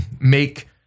make